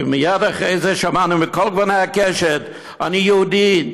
כי מייד אחרי זה שמענו מכל גוני הקשת: אני יהודי,